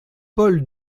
paul